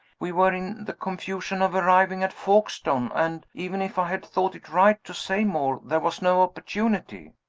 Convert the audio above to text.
we were in the confusion of arriving at folkestone and, even if i had thought it right to say more, there was no opportunity.